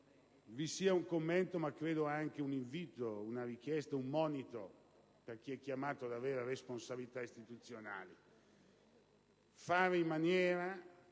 così composto vi sia un invito, una richiesta, un monito per chi è chiamato ad avere responsabilità istituzionali: fare in maniera,